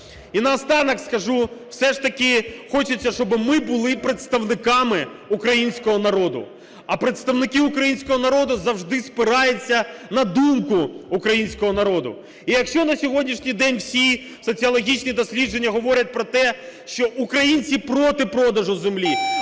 І наостанок скажу, все ж таки хочеться, щоби ми були представниками українського народу. А представники українського народу завжди спираються на думку українського народу. І якщо на сьогоднішній день всі соціологічні дослідження говорять про те, що українці проти продажу землі,